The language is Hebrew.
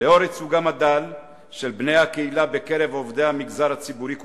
לנוכח ייצוגם הדל של בני הקהילה בקרב עובדי המגזר הציבורי כולו,